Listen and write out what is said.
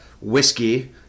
whiskey